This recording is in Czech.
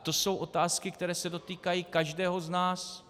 To jsou otázky, které se dotýkají každého z nás.